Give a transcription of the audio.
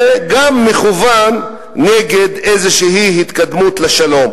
אלא זה גם מכוון נגד איזו התקדמות לשלום.